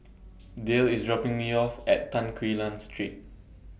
Dayle IS dropping Me off At Tan Quee Lan Street